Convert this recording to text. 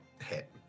hit